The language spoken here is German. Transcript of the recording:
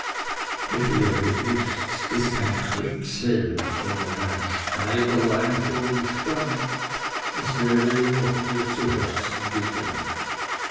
hätte er gewußt daß kein kriegsheld sondern ein schneiderlein vor ihm stand es wäre ihm noch mehr zu herzen gegangen